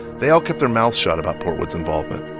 they all kept their mouths shut about forward's involvement.